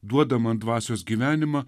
duoda man dvasios gyvenimą